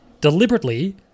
deliberately